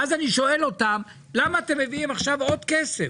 ואז אני שואל אותם, למה אתם מביאים עכשיו עוד כסף?